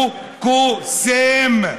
הוא קוסם,